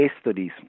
studies